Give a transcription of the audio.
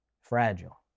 Fragile